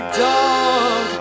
dog